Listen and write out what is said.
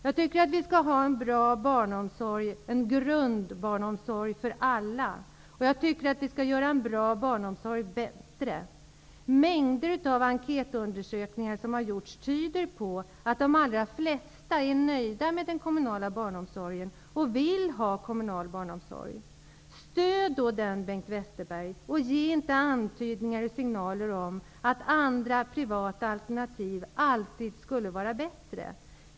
Jag tycker att man skall ha en bra grundbarnomsorg för alla, som också kan göras bättre. Men mängder av enkätundersökningar tyder på att de allra flesta är nöjda med den kommunala barnomsorgen och vill ha den kvar. Stöd då den kommunala barnomsorgen, Bengt Westerberg! Ge inte antydningar och signaler om att andra, privata alternativ alltid är bättre!